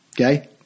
Okay